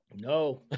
No